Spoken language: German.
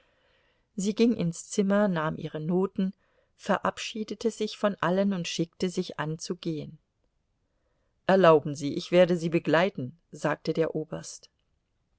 sie ging ins zimmer nahm ihre noten verabschiedete sich von allen und schickte sich an zu gehen erlauben sie ich werde sie begleiten sagte der oberst